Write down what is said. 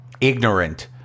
ignorant